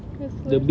wave pool